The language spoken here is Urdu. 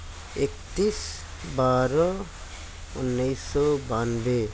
اکتیس بارہ انیس سو بانوے